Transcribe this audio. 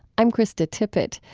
i'm krista tippett.